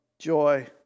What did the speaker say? joy